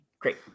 Great